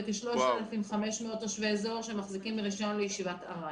וכ-3,500 תושבי אזור שמחזיקים ברישיון לישיבת ארעי.